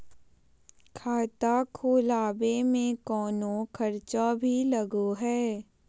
खाता खोलावे में कौनो खर्चा भी लगो है?